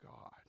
God